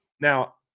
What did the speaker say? Now